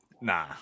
Nah